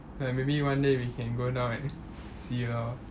like maybe one day we can go down and see lor